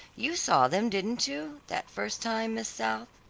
you saw them, didn't you, that first time, miss south?